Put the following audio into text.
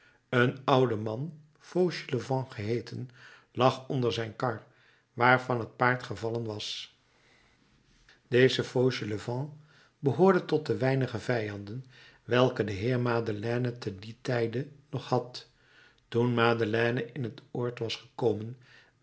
een oude man fauchelevent geheeten lag onder zijn kar waarvan het paard gevallen was deze fauchelevent behoorde tot de weinige vijanden welke de heer madeleine te dien tijde nog had toen madeleine in het oord was gekomen